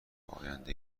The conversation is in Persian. آینده